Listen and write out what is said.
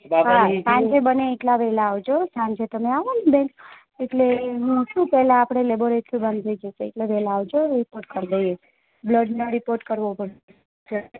હા સાંજે બને એટલા વહેલાં આવજો સાંજે તમે આવો ને બેન એટલે હું શું પહેલાં આપણે લેબોરેટરી બંધ થઇ જશે એટલે વહેલાં આવજો રીપોર્ટ કરી દઈએ બ્લડના રીપોર્ટ કરવો પડશે